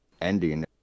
ending